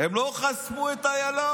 הם לא חסמו את איילון,